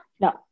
No